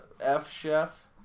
F-Chef